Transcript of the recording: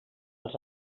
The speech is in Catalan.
els